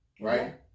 Right